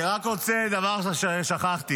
אני רק רוצה דבר אחד ששכחתי.